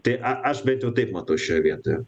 tai a aš bent jau taip matau šioje vietoje